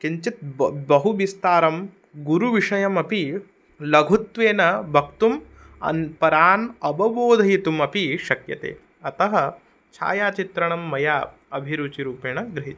किञ्चित् ब बहुविस्तारं गुरुविषयमपि लघुत्वेन वक्तुम् अन् परान् अवबोधयितुमपि शक्यते अतः छायाचित्रणं मया अभिरुचिरूपेण गृहीतम्